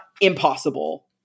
impossible